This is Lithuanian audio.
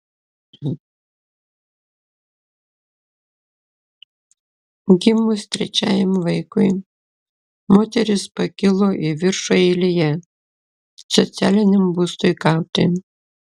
gimus trečiajam vaikui moteris pakilo į viršų eilėje socialiniam būstui gauti